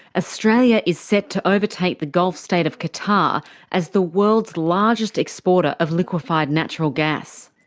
ah australia is set to overtake the gulf state of qatar as the world's largest exporter of liquefied natural gas.